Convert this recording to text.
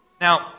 Now